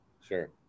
Sure